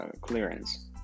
clearance